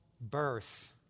birth